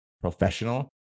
professional